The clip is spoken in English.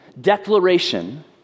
declaration